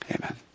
Amen